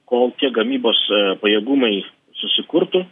kol tie gamybos pajėgumai susikurtų